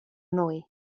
nwy